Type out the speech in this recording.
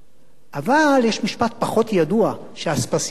אבל יש משפט פחות ידוע שאספסיאנוס אמר